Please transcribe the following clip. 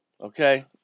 okay